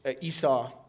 Esau